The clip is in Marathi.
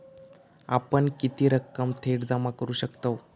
आपण किती रक्कम थेट जमा करू शकतव?